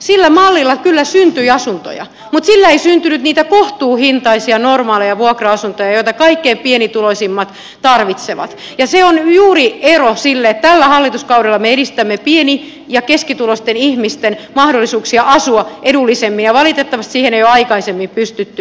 sillä mallilla kyllä syntyi asuntoja mutta sillä ei syntynyt niitä kohtuuhintaisia normaaleja vuokra asuntoja joita kaikkein pienituloisimmat tarvitsevat ja se on juuri ero siinä että tällä hallituskaudella me edistämme pieni ja keskituloisten ihmisten mahdollisuuksia asua edullisemmin ja valitettavasti siihen ei ole aikaisemmin pystytty